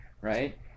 right